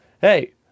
hey